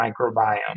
microbiome